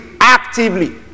actively